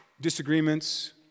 disagreements